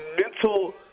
mental